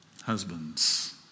Husbands